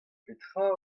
petra